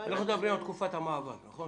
אנחנו מדברים על תקופת המעבר, נכון?